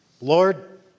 Lord